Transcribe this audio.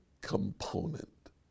component